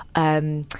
um,